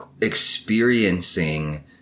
experiencing